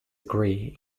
agree